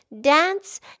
dance